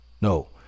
No